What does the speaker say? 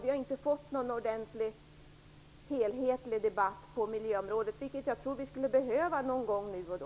Vi har inte fått någon ordentlig helhetsdebatt på miljöområdet, något som jag tror att vi skulle behöva någon gång nu och då.